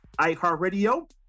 iHeartRadio